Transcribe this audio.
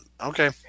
Okay